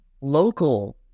local